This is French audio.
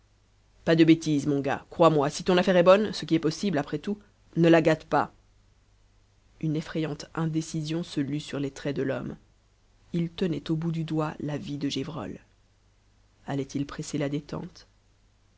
pas de bêtises mon gars crois-moi si ton affaire est bonne ce qui est possible après tout ne la gâte pas une effrayante indécision se lut sur les traits de l'homme il tenait au bout du doigt la vie de gévrol allait-il presser la détente